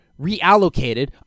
reallocated